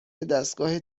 دستگاه